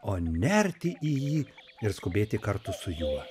o nerti į jį ir skubėti kartu su juo